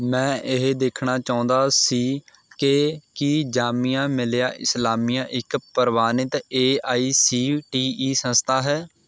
ਮੈਂ ਇਹ ਦੇਖਣਾ ਚਾਹੁੰਦਾ ਸੀ ਕਿ ਕੀ ਜਾਮੀਆ ਮਿਲਿਆ ਇਸਲਾਮੀਆ ਇੱਕ ਪ੍ਰਵਾਨਿਤ A I C T E ਸੰਸਥਾ ਹੈ